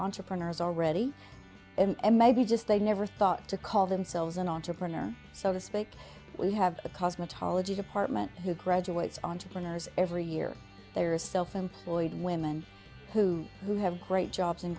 entrepreneurs already and maybe just they never thought to call themselves an entrepreneur so to speak we have a cosmetology department who graduates entrepreneurs every year they are self employed women who who have great jobs and